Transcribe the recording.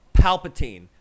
Palpatine